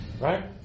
right